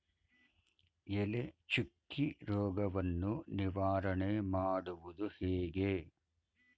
ಎಲೆ ಚುಕ್ಕಿ ರೋಗವನ್ನು ನಿವಾರಣೆ ಮಾಡುವುದು ಹೇಗೆ?